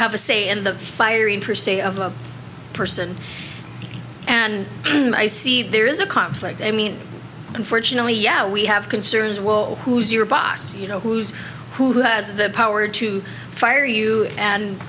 have a say in the fire in pursuit of a person and i see there is a conflict i mean unfortunately yeah we have concerns well who's your box you know who's who has the power to fire you and